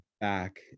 back